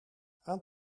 aan